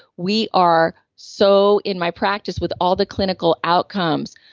we are so. in my practice with all the clinical outcomes,